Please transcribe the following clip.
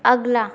अगला